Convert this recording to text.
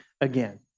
again